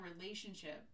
relationship